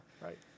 Right